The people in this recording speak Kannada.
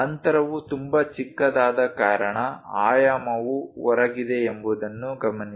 ಅಂತರವು ತುಂಬಾ ಚಿಕ್ಕದಾದ ಕಾರಣ ಆಯಾಮವು ಹೊರಗಿದೆ ಎಂಬುದನ್ನು ಗಮನಿಸಿ